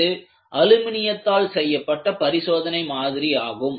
இது அலுமினியத்தால் செய்யப்பட்ட பரிசோதனை மாதிரி ஆகும்